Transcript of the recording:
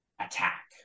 attack